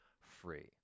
free